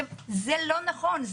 זה לא נכון,